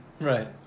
Right